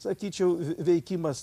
sakyčiau veikimas